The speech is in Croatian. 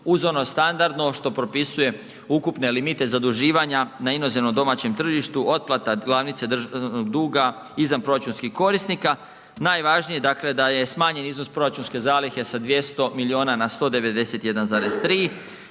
uz ono standardno što propisuje ukupne limite zaduživanja na inozemnom domaćem tržištu, otplata glavnice duga izvanproračunskih korisnika, najvažnije dakle da je smanjen iznos proračunske zalihe sa 200 miliona na 191,3, jamstvena